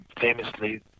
famously